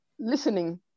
listening